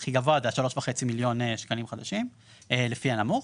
הכי גבוה עד 3.5 מיליון שקלים חדשים לפי הנמוך,